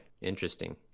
interesting